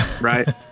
Right